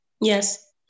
Yes